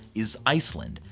is iceland.